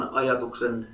ajatuksen